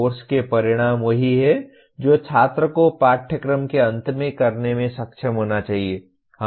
course के परिणाम वही हैं जो छात्र को पाठ्यक्रम के अंत में करने में सक्षम होना चाहिए